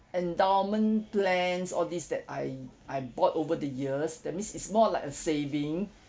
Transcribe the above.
endowment plans all this that I I bought over the years that means is more like a saving